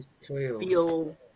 feel